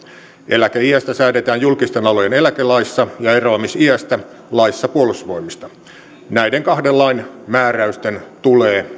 eläkeiästä säädetään julkisten alojen eläkelaissa ja eroamisiästä laissa puolustusvoimista näiden kahden lain määräysten tulee